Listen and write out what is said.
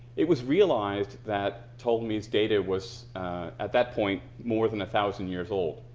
it was realized that ptolemy's data was at that point more than a thousand years old.